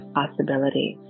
possibility